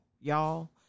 y'all